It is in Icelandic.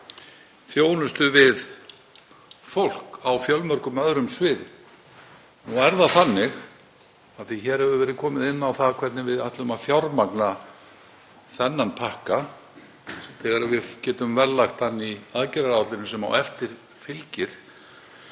að þjónustu við fólk á fjölmörgum öðrum sviðum. Nú er það þannig, af því að hér hefur verið komið inn á það hvernig við ætlum að fjármagna þennan pakka, þegar við getum verðlagt hann í aðgerðaáætluninni sem á eftir fylgir,